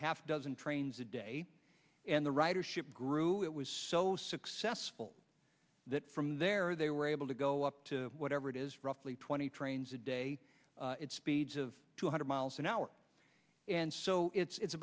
half dozen trains a day and the ridership grew it was so successful that from there they were able to go up to whatever it is roughly twenty trains a day it speeds of two hundred miles an hour and so it's